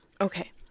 Okay